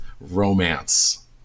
romance